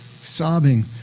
sobbing